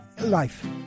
life